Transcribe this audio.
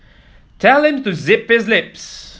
tell him to zip his lips